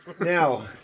Now